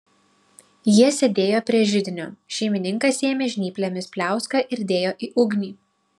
jie sėdėjo prie židinio šeimininkas ėmė žnyplėmis pliauską ir dėjo į ugnį